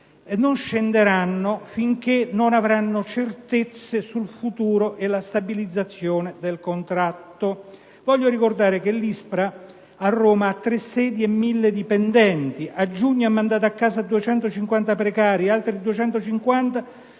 non scenderanno finché non avranno certezze sul futuro e la stabilizzazione del contratto. Voglio ricordare che l'ISPRA a Roma ha tre sedi e 1.000 dipendenti; a giugno ha mandato a casa 250 precari e per altri 250